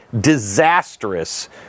disastrous